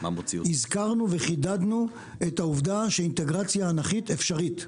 הזכרנו וחידדנו את העובדה שאינטגרציה אנכית היא אפשרית,